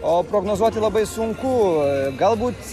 o prognozuoti labai sunku galbūt